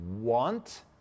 want